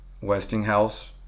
Westinghouse